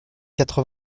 quatre